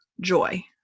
joy